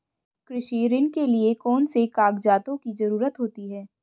कृषि ऋण के लिऐ कौन से कागजातों की जरूरत होती है?